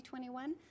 2021